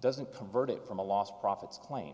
doesn't convert it from a lost profits cla